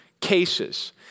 cases